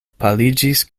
paliĝis